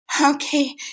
Okay